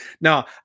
now